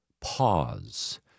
pause